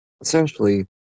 essentially